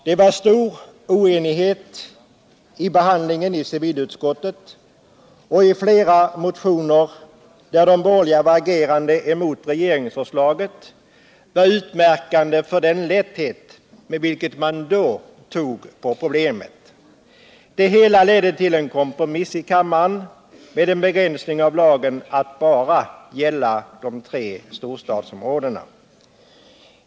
Det rådde stor oenighet vid behandlingen i civilutskottet, och flera motioner, där de borgerliga agerade mot regeringsförslaget, kännetecknades av den lätthet med vilken man då tog problemet. Det hela ledde till en kompromiss i kammaren. Lagen begränsades till att bara gälla de tre storstadsområdena.